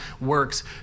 works